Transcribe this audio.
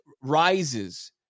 rises